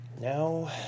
Now